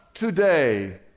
Today